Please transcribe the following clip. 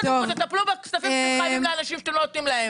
קודם שיטפלו בכספים שחייבים לאנשים שאתם לא נותנים להם.